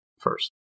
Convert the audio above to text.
first